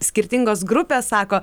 skirtingos grupės sako